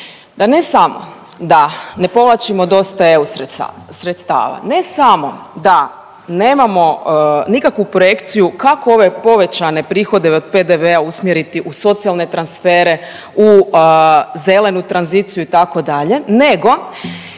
da ne samo da ne povlačimo dosta EU sredstava, ne samo da nemamo nikakvu projekciju kako ove povećane prihode od PDV-a usmjeriti u socijalne transfere, u zelenu tranziciju itd., nego